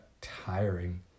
tiring